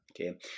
okay